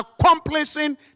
accomplishing